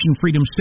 Freedom